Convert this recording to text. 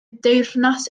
deyrnas